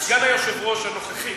סגן היושב-ראש הנוכחי,